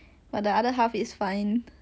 ah